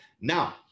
now